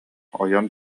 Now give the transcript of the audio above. ойон